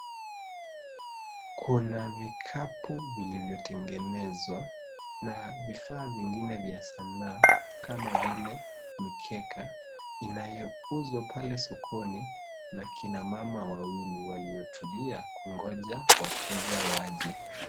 Kuna kikapu vilivyotegenezwa na vifaa vingine vya sanaa kama vile mikeka inayouzwa pale sokoni na kina mama wawili waliotulia kungoja wateja waje.